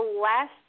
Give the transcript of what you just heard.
last